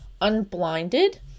unblinded